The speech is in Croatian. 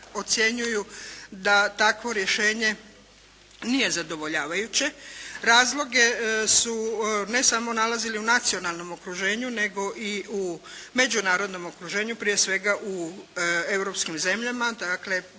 ocjenjuju da takvo rješenje nije zadovoljavajuće. Razloge su ne samo nalazili u nacionalnom okruženju nego i u međunarodnom okruženju prije svega u europskim zemljama, dakle